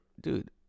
dude